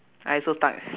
I also stuck